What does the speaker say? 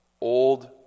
Old